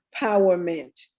empowerment